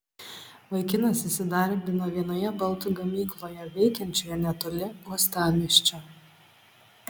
vaikinas įsidarbino vienoje baldų gamykloje veikiančioje netoli uostamiesčio